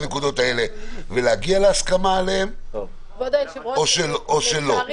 הנקודות האלה ולהגיע להסכמה עליהן או שלא.